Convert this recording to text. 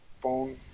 phone